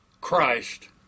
Christ